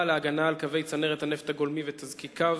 להגנה על קווי צנרת הנפט הגולמי ותזקיקיו,